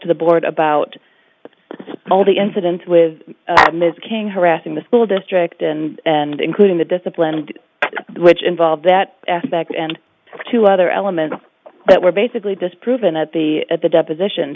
to the board about all the incidents with ms king harassing the school district and including the disciplined which involved that aspect and two other elements that were basically disproven at the at the deposition